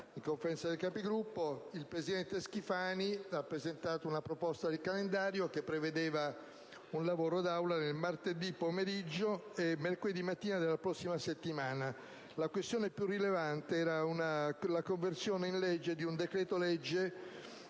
in quella sede il presidente Schifani ha presentato una proposta di calendario che prevedeva un lavoro d'Aula nelle giornate di martedì pomeriggio e mercoledì mattina della prossima settimana; la questione più rilevante era la conversione in legge di un decreto‑legge